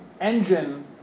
engine